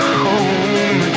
home